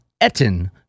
Etten